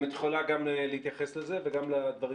אם את יכולה גם להתייחס לזה וגם לדברים